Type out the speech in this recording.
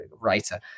writer